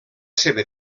seva